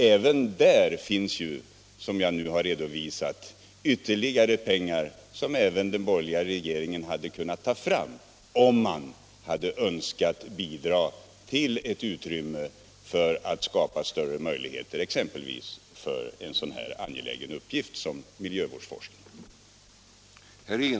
Även där finns ju, som jag nu har redovisat, ytterligare pengar som också den borgerliga regeringen hade kunnat ta fram, om den hade önskat bidra till att skapa större möjligheter för en så angelägen uppgift som miljövårdsforskningen.